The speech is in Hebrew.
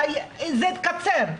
זה יתקצר.